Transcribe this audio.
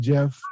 Jeff